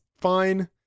fine